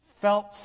felt